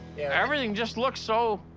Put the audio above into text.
everything just looks so